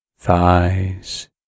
thighs